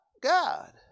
God